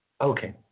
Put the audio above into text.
Okay